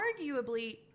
arguably